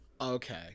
Okay